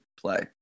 play